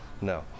No